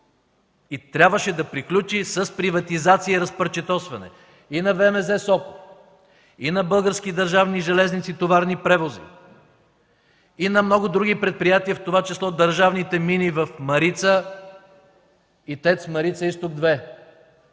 и трябваше да приключи с приватизация и разпарчетосване и на ВМЗ-Сопот, и на Български държавни железници „Товарни превози”, и на много други предприятия, в това число държавните мини в Марица и ТЕЦ „Марица Изток 2”.